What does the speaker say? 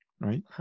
Right